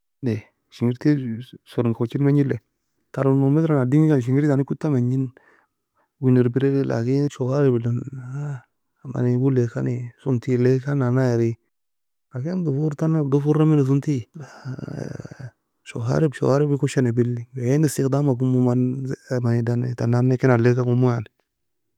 shigerty el sourigne kochie mengi eli. Taron nan مثلا a deinga shigerty tani kuta menij. Uone erbrai eli لكن شوارب elon. Many goe elae ekani sunti le ekani. Nan na eri اظافر لكن ظفر emi sunti. شوارب شوارب ekon sheneb eli, Waen استخدام ga kon moe man mani dan tan nan nae ken alie ka conmo yan.